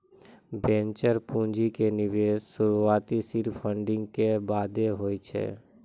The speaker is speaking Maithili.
वेंचर पूंजी के निवेश शुरुआती सीड फंडिंग के बादे होय छै